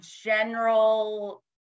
general